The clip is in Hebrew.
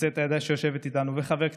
יוצאת העדה שיושבת איתנו ובחבר כנסת.